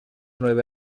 nueve